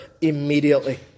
immediately